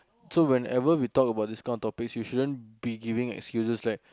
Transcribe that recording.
so whenever we talk about this kind of topics you shouldn't be giving excuses like